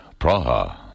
Praha